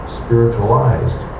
spiritualized